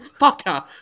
fucker